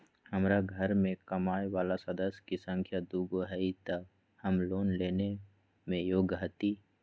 हमार घर मैं कमाए वाला सदस्य की संख्या दुगो हाई त हम लोन लेने में योग्य हती?